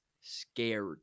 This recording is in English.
scared